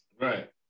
right